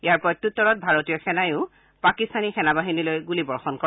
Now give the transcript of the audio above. ইয়াৰ প্ৰত্যুত্তৰত ভাৰতীয় সেনাইও পাকিস্তানী সেনাবাহিনীলৈ গুলীবৰ্ষণ কৰে